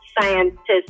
scientist